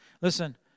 Listen